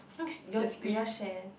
no do do you all share